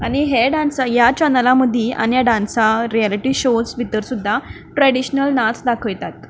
आनी हे डान्स ह्या चॅनलां मदीं आनी ह्या डान्सा रियेलिटी शोज भितर सुद्दां ट्रडिशनल नाच दाखयतात